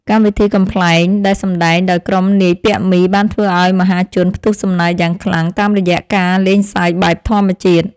កម្មវិធីកំប្លែងដែលសម្តែងដោយក្រុមនាយពាក់មីបានធ្វើឱ្យមហាជនផ្ទុះសំណើចយ៉ាងខ្លាំងតាមរយៈការលេងសើចបែបធម្មជាតិ។